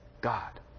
God